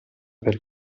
per